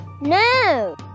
No